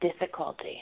difficulty